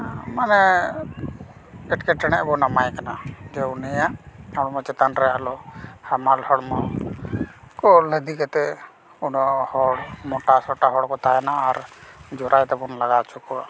ᱢᱟᱱᱮ ᱮᱴᱠᱮᱴᱚᱬᱮ ᱵᱚᱱ ᱮᱢᱟᱭ ᱠᱟᱱᱟ ᱡᱮ ᱩᱱᱤᱭᱟᱜ ᱦᱚᱲᱢᱚ ᱪᱮᱛᱟᱱ ᱟᱞᱚ ᱦᱟᱢᱟᱞ ᱦᱚᱲᱢᱚ ᱠᱚ ᱞᱟᱹᱫᱤ ᱠᱟᱛᱮ ᱩᱱᱟᱹᱜ ᱦᱚᱲ ᱢᱚᱴᱟ ᱥᱚᱴᱟ ᱦᱚᱲ ᱠᱚ ᱛᱟᱦᱮᱱᱟ ᱟᱨ ᱡᱚᱨᱟᱭ ᱛᱮᱵᱚᱱ ᱞᱟᱜᱟ ᱪᱚ ᱠᱚᱣᱟ